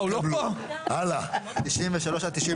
הצבעה בעד 4 נגד 6 נמנעים